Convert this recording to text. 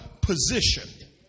Position